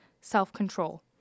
self-control